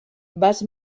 vas